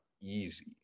easy